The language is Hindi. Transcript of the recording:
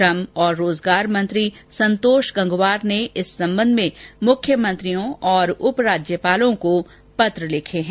श्रम और रोजगार मंत्री संतोष गंगवार ने इस संबंध में मुख्यमंत्रियों और उपराज्यपालों को पत्र लिखे हैं